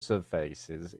surfaces